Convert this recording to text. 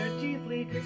deeply